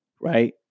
right